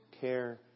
care